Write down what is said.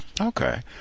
Okay